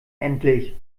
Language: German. endlich